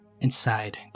inside